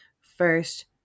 first